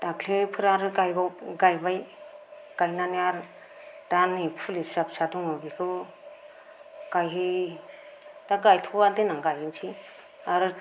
दाख्लैफोर आरो गायबाय गायनानै आरो दा नै फुलि फिसा फिसा दङ बेखौ गायहै दा गायथवा देनां गायनोसै आरो